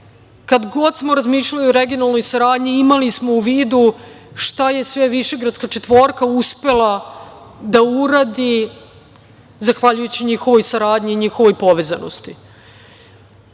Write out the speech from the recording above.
kada god smo razmišljali o regionalnoj saradnji, imali smo u vidu šta je sve Višegradska četvorka uspela da uradi zahvaljujući njihovoj saradnji i njihovoj povezanosti. Mi